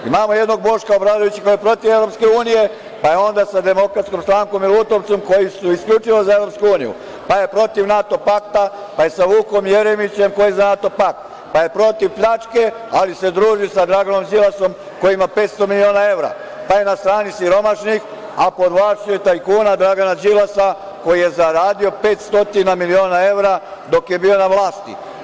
Imamo jednog Boška Obradovića koji je protiv EU, pa je onda sa DS i Lutovcem koji su isključivo za EU, pa je protiv NATO pakta, pa je sa Vukom Jeremićem koji je za NATO pakt, pa je protiv pljačke, ali se druži sa Draganom Đilasom koji ima 500 miliona evra, pa je na strani siromašnih, a pod vlašću je tajkuna Dragana Đilasa koji je zaradio 500 miliona evra dok je bio na vlasti.